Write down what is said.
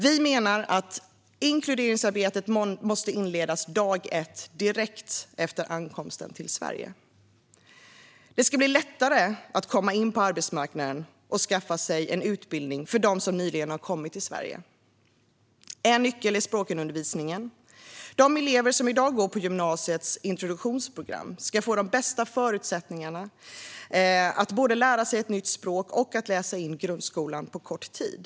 Vi menar att inkluderingsarbetet måste inledas dag ett, direkt efter ankomsten till Sverige. Det ska bli lättare att komma in på arbetsmarknaden och skaffa sig en utbildning för dem som nyligen har kommit till Sverige. En nyckel är språkundervisningen. De elever som i dag går på gymnasiets introduktionsprogram ska få de bästa förutsättningarna att både lära sig ett nytt språk och läsa in grundskolan på kort tid.